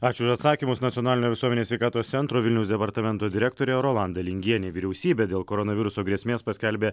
ačiū ir atsakymus nacionalinio visuomenės sveikatos centro vilniaus departamento direktorė rolanda lingienė vyriausybė dėl koronaviruso grėsmės paskelbė